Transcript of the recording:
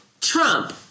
trump